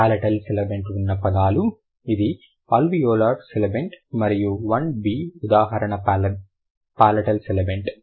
palatal sibilant ఉన్న పదాలు ఇది అల్వియోలార్ సిబిలెంట్ మరియు 1 బి ఉదాహరణ పాలటల్ సిబిలెంట్